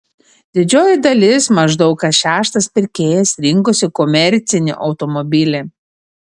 didžioji dalis maždaug kas šeštas pirkėjas rinkosi komercinį automobilį